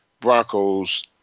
Broncos